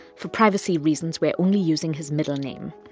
for privacy reasons, we're only using his middle name.